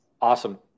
Awesome